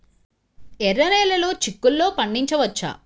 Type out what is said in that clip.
ఎర్ర నెలలో చిక్కుల్లో పండించవచ్చా?